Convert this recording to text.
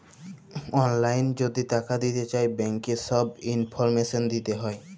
অললাইল যদি টাকা দিতে চায় ব্যাংকের ছব ইলফরমেশল দিতে হ্যয়